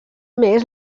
més